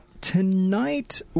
tonight